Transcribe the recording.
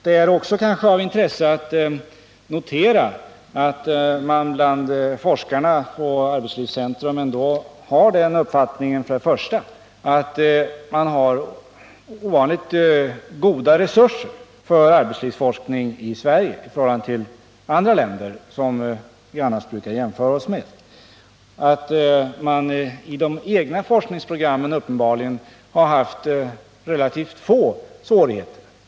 Det är kanske också av intresse att notera att forskare vid arbetslivscentrum ändå har den uppfattningen att resurserna i Sverige när det gäller arbetslivsforskning är ovanligt goda, jämfört med förhållandena i andra länder som Sverige brukar jämföra sig med. Med de egna forskningsprogrammen har man uppenbarligen haft relativt få svårigheter.